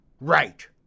Right